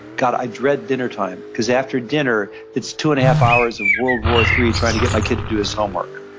god, i dread dinner time, because after dinner, it's two and a half hours of world war iii trying to get my kid to do his homework,